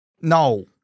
No